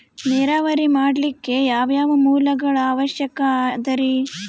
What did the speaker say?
ನೇರಾವರಿ ಮಾಡಲಿಕ್ಕೆ ಯಾವ್ಯಾವ ಮೂಲಗಳ ಅವಶ್ಯಕ ಅದರಿ?